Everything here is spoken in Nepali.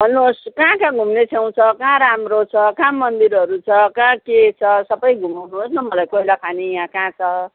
भन्नुहोस् कहाँ कहाँ घुम्ने ठाउँ छ कहाँ राम्रो छ कहाँ मन्दिरहरू छ कहाँ के छ सबै घुमाउनुहोस् न मलाई कोइला खानी यहाँ कहाँ छ